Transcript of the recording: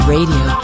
Radio